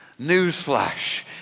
Newsflash